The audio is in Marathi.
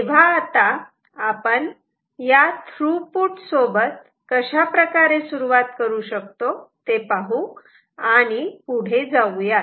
तेव्हा आता आपण या ट्रू पुट सोबत कशाप्रकारे सुरुवात करू शकतो ते पाहू आणि पुढे जाऊयात